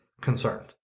concerned